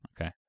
Okay